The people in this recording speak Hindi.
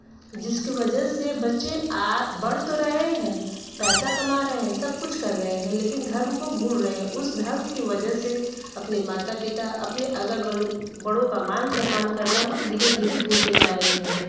जिसकी वजह से बच्चे आगे बढ़ तो रहे हैं पैसा कमा रहे हैं सब कुछ कर रहे हैं लेकिन धर्म को भूल रहे हैं उस धर्म की वजह से अपने माता पिता अपने अगर बड़ों का मान सम्मान करना वे धीरे धीरे भूलते जा रहे हैं